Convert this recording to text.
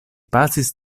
pasis